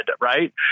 right